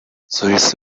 swiss